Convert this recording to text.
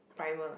primer